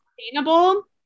sustainable